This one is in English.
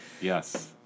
Yes